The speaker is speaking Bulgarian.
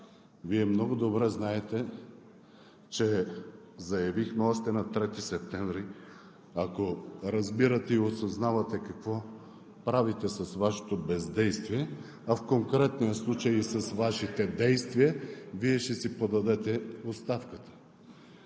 Вие много добре знаете, че още на 3 септември заявихме – ако разбирате и осъзнавате какво правите с Вашето бездействие, а в конкретния случай с Вашите действия, Вие ще си подадете оставката.